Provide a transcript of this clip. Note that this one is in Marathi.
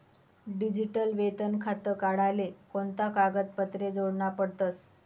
डिजीटल वेतन खातं काढाले कोणता कागदपत्रे जोडना पडतसं?